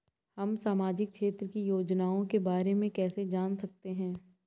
हम सामाजिक क्षेत्र की योजनाओं के बारे में कैसे जान सकते हैं?